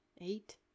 eight